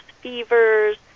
fevers